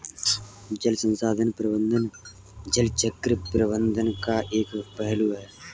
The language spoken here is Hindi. जल संसाधन प्रबंधन जल चक्र प्रबंधन का एक पहलू है